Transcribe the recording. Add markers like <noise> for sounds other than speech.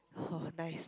<noise> nice